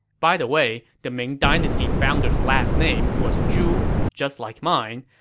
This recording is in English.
by the way, the ming dynasty founder's last name was zhu, just like mine.